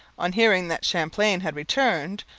on hearing that champlain had returned,